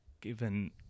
given